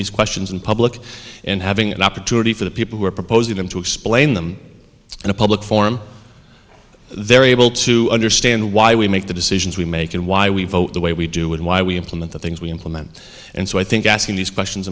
these questions in public and having an opportunity for the people who are proposing them to explain them in a public forum they're able to understand why we make the decisions we make and why we vote the way we do with why we implement the things we implement and so i think asking these questions